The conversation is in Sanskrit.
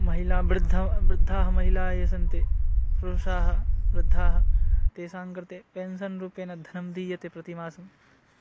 महिला वृद्धः वृद्धाः महिलाः ये सन्ति पुरुषाः वृद्धाः तेषां कृते पेन्सन् रूपेण धनं दीयते प्रतिमासं